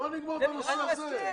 בוא נגמור את הנושא הזה,